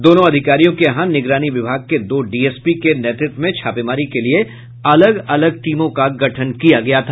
दोनों अधिकारियों के यहां निगरानी विभाग के दो डीएसपी के नेतृत्व में छापेमारी के लिये अलग अलग टीमों का गठन किया गया था